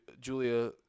Julia